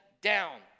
down